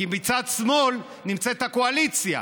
כי מצד שמאל נמצאת הקואליציה,